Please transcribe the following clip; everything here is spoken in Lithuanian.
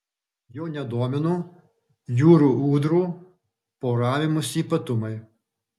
jo nedomino jūrų ūdrų poravimosi ypatumai